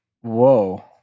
Whoa